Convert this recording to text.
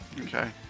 Okay